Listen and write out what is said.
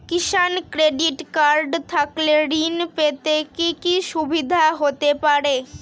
কিষান credit card থাকলে ঋণ পেতে কি কি সুবিধা হতে পারে?